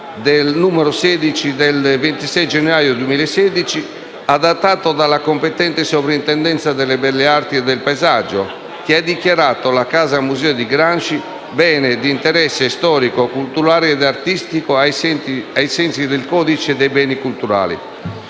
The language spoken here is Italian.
decreto del 26 gennaio 2016, n. 16, adottato dalla competente Soprintendenza alle belle arti e del paesaggio, che ha dichiarato la Casa Museo Gramsci bene d'interesse storico, culturale ed artistico ai sensi del codice dei beni culturali.